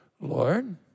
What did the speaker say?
Lord